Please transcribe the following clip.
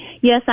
Yes